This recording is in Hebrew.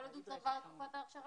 כל עוד הוא צבר את תקופת האכשרה.